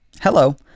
hello